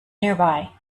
nearby